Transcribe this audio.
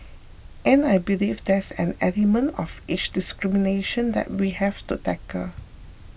and I believe there's an element of age discrimination that we have to tackle